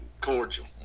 Cordial